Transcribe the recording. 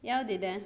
ಯಾವ್ದು ಇದೆ